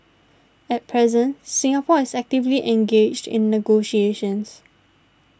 at present Singapore is actively engaged in negotiations